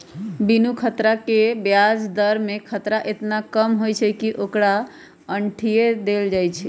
बिनु खतरा के ब्याज दर में खतरा एतना कम होइ छइ कि ओकरा अंठिय देल जाइ छइ